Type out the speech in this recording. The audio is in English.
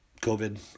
COVID